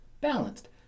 balanced